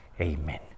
Amen